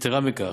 יתרה מכך,